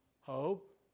hope